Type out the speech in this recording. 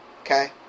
okay